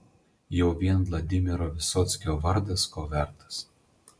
jau vien vladimiro vysockio vardas ko vertas